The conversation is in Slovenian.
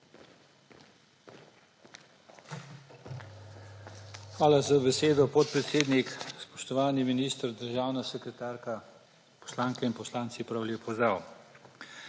Hvala za besedo, podpredsednik. Spoštovani minister, državna sekretarka, poslanke in poslanci, prav lep pozdrav.